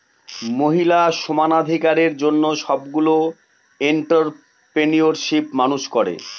মহিলা সমানাধিকারের জন্য সবগুলো এন্ট্ররপ্রেনিউরশিপ মানুষ করে